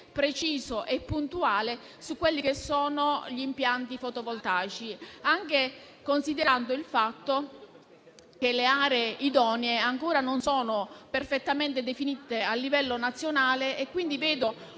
preciso e puntuale, le norme sugli impianti fotovoltaici, anche considerato il fatto che le aree idonee ancora non sono perfettamente definite a livello nazionale. Vedo quindi una